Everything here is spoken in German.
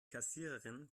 kassiererin